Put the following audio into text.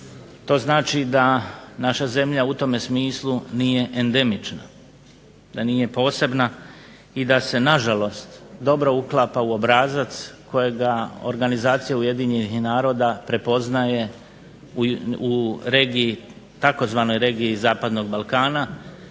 to znači da naša zemlja u tome smislu nije endemična, da nije posebna i da se nažalost dobra uklapa u obrazac kojega organizacija UN-a prepoznaje u regiji tzv. "regiji Zapadnog Balkana"